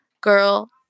girl